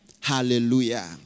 Hallelujah